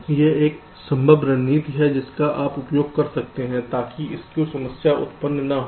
यह एक संभव रणनीति है जिसका आप उपयोग कर सकते हैं ताकि स्क्रू समस्या उत्पन्न न हो